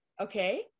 Okay